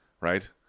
right